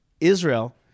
Israel